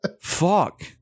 fuck